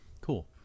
cool